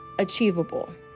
achievable